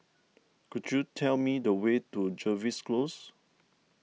could you tell me the way to Jervois Close